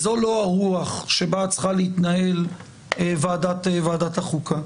זו לא הרוח שבה צריכה להתנהל ועדת החוקה.